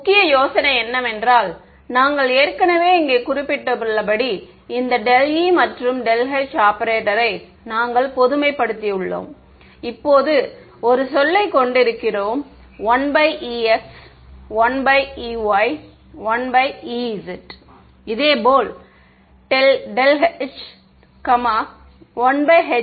முக்கிய யோசனை என்னவென்றால் நாங்கள் ஏற்கனவே இங்கே குறிப்பிட்டுள்ளபடி இந்த ∇e மற்றும் ∇h ஆபரேட்டரை நாங்கள் பொதுமைப்படுத்தியுள்ளோம் இப்போது ஒரு சொல்லைக் கொண்டிருக்கிறோம் 1ex 1ey 1ez இதேபோல் ∇h 1hx 1hy 1hz